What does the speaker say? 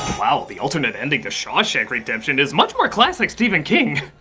wow, the alternate ending to shawshank redemption is much more classic stephen king.